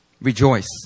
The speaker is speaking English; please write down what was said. rejoice